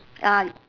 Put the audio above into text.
ah